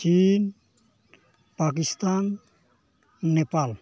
ᱪᱤᱱ ᱯᱟᱠᱤᱥᱛᱟᱱ ᱱᱮᱯᱟᱞ